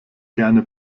gerne